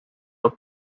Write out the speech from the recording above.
dat